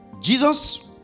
Jesus